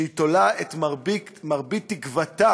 שהיא תולה את מרבית תקוותה